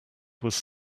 was